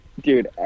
dude